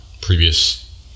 previous